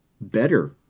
better